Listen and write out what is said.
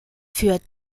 führt